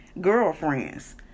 Girlfriends